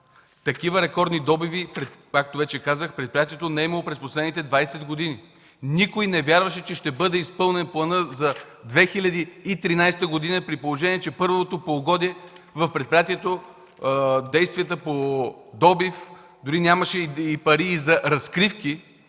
такива рекордни добиви, както вече казах, предприятието не е имало през последните 20 години. Никой не вярваше, че ще бъде изпълнен плана за 2013 г. при положение, че първото полугодие в предприятието действията по добив, дори нямаше пари и за разкривки,